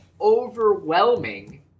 overwhelming